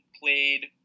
played